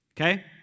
Okay